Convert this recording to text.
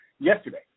Yesterday